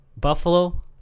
Buffalo